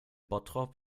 bottrop